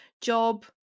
job